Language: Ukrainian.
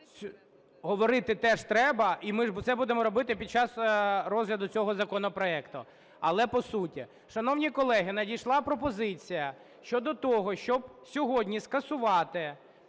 говорити теж треба, і ми це будемо робити під час розгляду цього законопроекту, але по суті. Шановні колеги, надійшла пропозиція щодо того, щоб сьогодні скасувати